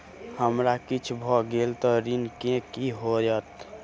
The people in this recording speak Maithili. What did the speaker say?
हमरा किछ भऽ गेल तऽ ऋण केँ की होइत?